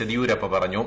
യദിയൂരപ്പ പറഞ്ഞു